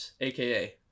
aka